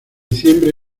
diciembre